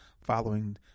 following